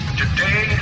today